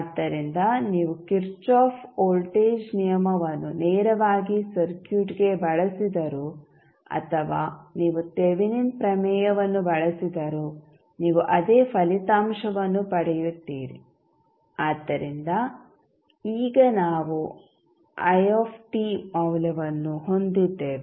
ಆದ್ದರಿಂದ ನೀವು Kirchhoff voltage ನಿಯಮವನ್ನು ನೇರವಾಗಿ ಸರ್ಕ್ಯೂಟ್ಗೆ ಬಳಸಿದರೂ ಅಥವಾ ನೀವು ತೆವೆನಿನ್ ಪ್ರಮೇಯವನ್ನು ಬಳಸಿದರೂ ನೀವು ಅದೇ ಫಲಿತಾಂಶವನ್ನು ಪಡೆಯುತ್ತೀರಿ ಆದ್ದರಿಂದ ಈಗ ನಾವು i ಮೌಲ್ಯವನ್ನು ಹೊಂದಿದ್ದೇವೆ